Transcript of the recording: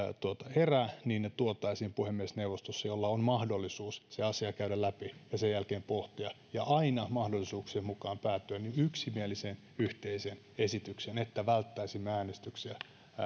herää niin ne tuotaisiin puhemiesneuvostoon jolla on mahdollisuus se asia käydä läpi ja sen jälkeen pohtia ja aina mahdollisuuksien mukaan päätyä yksimieliseen yhteiseen esitykseen niin että välttäisimme äänestyksiä